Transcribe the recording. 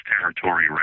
territory